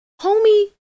Homie